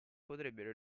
potrebbero